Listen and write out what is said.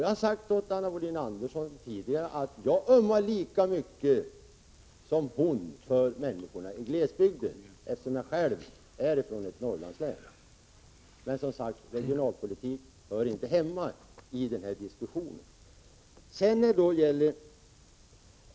Jag har sagt till Anna Wohlin-Andersson tidigare att jag ömmar lika mycket som hon för människorna i glesbygden, eftersom jag själv är från ett Norrlandslän. Men som sagt: Regionalpolitik hör inte hemma i denna diskussion.